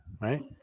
Right